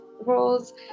roles